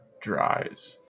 dries